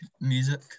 music